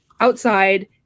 outside